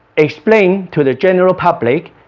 explain to the general public